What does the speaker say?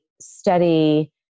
study